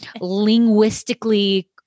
linguistically